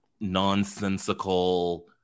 nonsensical